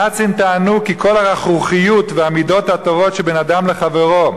הנאצים טענו כי כל הרכרוכיות והמידות הטובות שבין אדם לחברו,